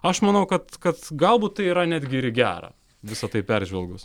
aš manau kad kad galbūt tai yra netgi ir į gerą visa tai peržvelgus